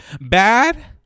Bad